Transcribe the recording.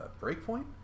Breakpoint